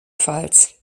ggf